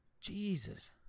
Jesus